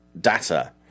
data